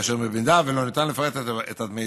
כאשר במידה שלא ניתן לפרט את המידע